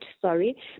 sorry